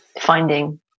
finding